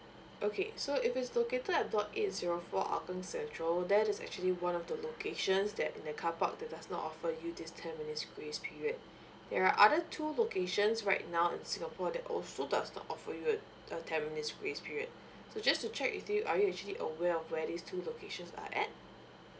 okay so if it's located at dot eight zero four hougang central that is actually one of the locations that in the carpark that does not offer you this ten minutes grace period there are other two locations right now in singapore that also does not offer you a a ten minutes grace period so just to check with you are you actually aware of where these two locations are at